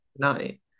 tonight